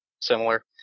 Similar